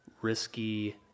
risky